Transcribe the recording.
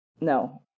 No